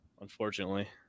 Unfortunately